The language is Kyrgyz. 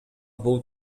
бул